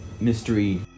mystery